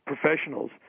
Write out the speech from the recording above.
professionals